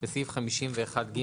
בסעיף 51ג,